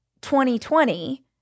2020